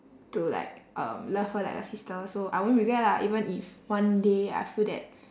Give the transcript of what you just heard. to like um love her like a sister so I won't regret lah even if one day I feel that